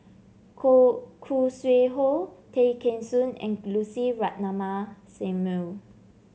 Khoo Khoo Sui Hoe Tay Kheng Soon and Lucy Ratnammah Samuel